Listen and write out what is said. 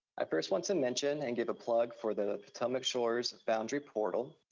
i first want to mention and give a plug for the potomac shores boundary portal.